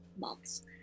months